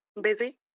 busy